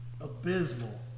Abysmal